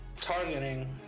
targeting